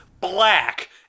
black